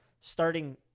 starting